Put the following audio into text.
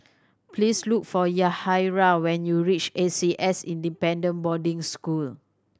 please look for Yahaira when you reach A C S Independent Boarding School